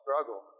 struggle